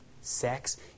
Sex